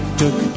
took